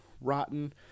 Rotten